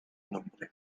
nombre